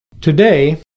Today